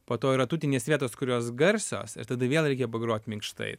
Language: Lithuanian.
po to yra tutinės vietos kurios garsios ir tada vėl reikia pagrot minkštai